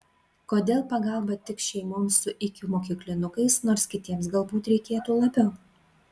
kodėl pagalba tik šeimoms su ikimokyklinukais nors kitiems galbūt reikėtų labiau